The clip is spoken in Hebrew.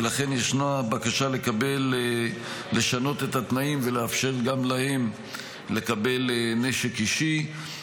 ולכן ישנה בקשה לשנות את התנאים ולאפשר גם להם לקבל נשק אישי.